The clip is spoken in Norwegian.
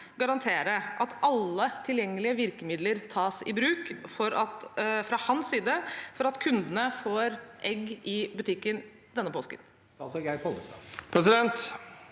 garantere at alle tilgjengelige virkemidler tas i bruk fra hans side for at kundene får egg i butikken denne påsken?